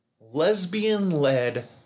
lesbian-led